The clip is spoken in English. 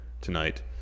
tonight